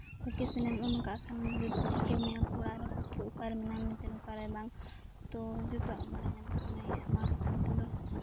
location ᱮᱢ ᱚᱱ ᱠᱟᱜ ᱠᱷᱟᱱ ᱴᱷᱤᱠᱟᱹ ᱢᱮᱭᱟ ᱠᱚ ᱚᱲᱟᱜ ᱨᱮᱦᱚᱸ ᱠᱤ ᱚᱠᱟᱨᱮ ᱢᱮᱱᱟᱭᱟ ᱢᱮᱱᱛᱮ ᱚᱠᱟᱨᱮ ᱵᱟᱝ ᱛᱚ ᱡᱚᱛᱚᱣᱟᱜ ᱵᱟᱲᱟᱭ ᱧᱟᱢᱚᱜ ᱠᱟᱱᱟ ᱥᱢᱟᱨᱴ ᱯᱷᱳᱱ ᱛᱮᱫᱚ